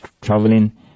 traveling